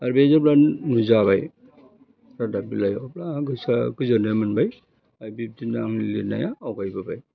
आरो बे जेब्ला नुजाबाय रादाब बिलाइयाव अब्ला गोसोआ गोजोननाय मोनबाय दा बिबदिनो आं लिरनाया आवगायबोबाय